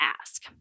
ask